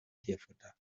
tierfutter